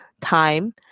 time